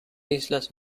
islas